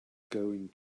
going